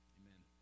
amen